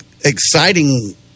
exciting